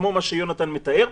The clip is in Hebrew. כמו מה שיונתן מתאר,